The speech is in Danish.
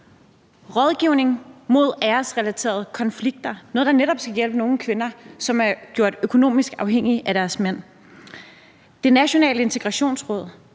rådgivning mod æresrelaterede konflikter – noget, der netop skal hjælpe nogle kvinder, som er gjort økonomisk afhængige af deres mænd; Det Nationale Integrationsråd;